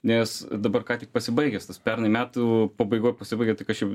nes dabar ką tik pasibaigęs tas pernai metų pabaigoj pasibaigė tai kas čia